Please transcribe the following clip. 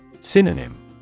Synonym